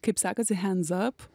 kaip sekasi hands up